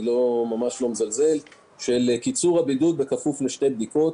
ממש לא מזלזל של קיצור הבידוד בכפוף לשתי בדיקות.